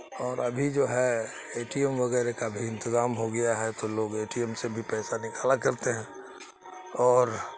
اور ابھی جو ہے اے ٹی ایم وغیرہ کا بھی انتظام ہو گیا ہے تو لوگ اے ٹی ایم سے بھی پیسہ نکالا کرتے ہیں اور